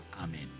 Amen